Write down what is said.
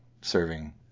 serving